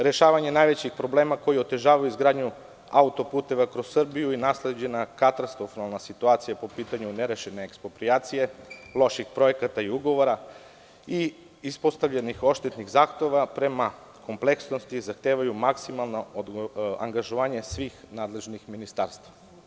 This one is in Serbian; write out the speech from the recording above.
Rešavanje najvećih problema koji otežavaju izgradnju autoputeva kroz Srbiju i nasleđenu katastrofalnu situaciju po pitanju nerešene eksproprijacije, loših projekata i ugovora i ispostavljenih odštetnih zahteva prema kompleksnosti zahtevaju maksimalno angažovanje svih nadležnih ministarstava.